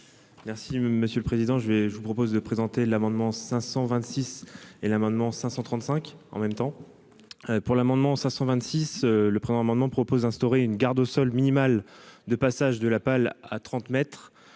Merci monsieur le président je vais, je vous propose de présenter l'amendement 526 et l'amendement 535 en même temps pour l'amendement 526 le présent amendement propose d'instaurer une garde au sol minimale de passage de la pale à 30 mètres